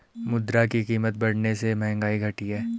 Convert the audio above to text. मुद्रा की कीमत बढ़ने से महंगाई घटी है